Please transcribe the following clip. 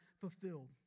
fulfilled